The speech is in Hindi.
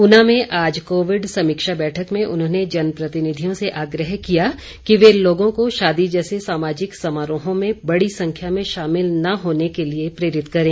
ऊना में आज कोविड समीक्षा बैठक में उन्होंने जनप्रतिनिधियों से आग्रह किया कि वे लोगों को शादी जैसे सामाजिक समारोहों में बड़ी संख्या में शामिल न होने के लिए प्रेरित करें